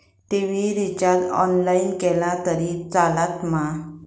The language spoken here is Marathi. टी.वि रिचार्ज ऑनलाइन केला तरी चलात मा?